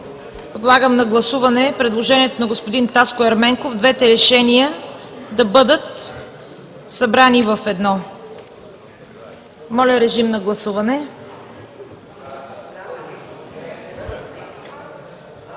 подлагам на гласуване предложението на господин Таско Ерменков двете решения да бъдат събрани в едно. Моля, режим на гласуване.